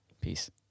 Peace